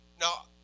Now